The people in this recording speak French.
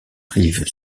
rive